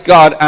God